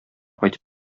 кайтып